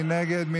מי נגד?